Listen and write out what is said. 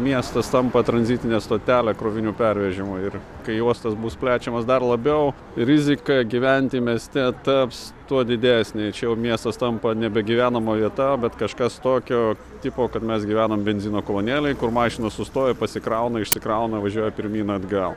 miestas tampa tranzitine stotele krovinių pervežimo ir kai uostas bus plečiamas dar labiau rizika gyventi mieste taps tuo didesnė čia jau miestas tampa nebe gyvenama vieta bet kažkas tokio tipo kad mes gyvenam benzino kolonėlėj kur mašinos sustoja pasikrauna išsikrauna važiuoja pirmyn atgal